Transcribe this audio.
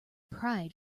pride